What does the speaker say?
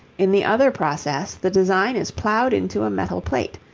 in the other process, the design is ploughed into a metal plate,